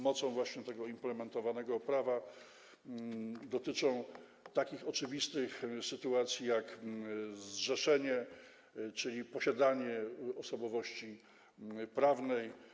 Mocą właśnie tego implementowanego prawa dotyczy to takich oczywistych sytuacji jak zrzeszenie, czyli posiadanie osobowości prawnej.